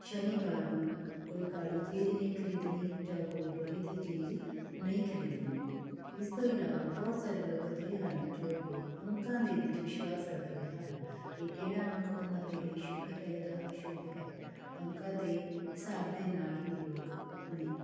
ਸ਼ਨੀਵਾਰ ਨੂੰ ਕੋਈ ਕਾਲੀ ਚੀਜ਼ ਨਹੀਂ ਖਰੀਦਣੀ ਜਾਂ ਕੋਈ ਲੋਹੇ ਦੀ ਚੀਜ਼ ਨਹੀਂ ਖਰੀਦਣੀ ਇਸ ਤੋਂ ਇਲਾਵਾ ਬਹੁਤ ਸਾਰੇ ਲੋਕ ਅਜਿਹੇ ਹਨ ਜੋ ਕਿ ਅੰਕਾਂ ਦੇ ਵਿੱਚ ਵਿਸ਼ਵਾਸ ਰੱਖਦੇ ਹਨ ਕਿ ਕਿਹੜਾ ਅੰਕ ਉਹਨਾਂ ਦੇ ਲਈ ਸ਼ੁਭ ਹੈ ਜਾਂ ਅਸ਼ੁਭ ਹੈ ਅੰਕਾਂ ਦੇ ਹਿਸਾਬ ਦੇ ਨਾਲ ਹੀ ਲੋਕ ਆਪਣੇ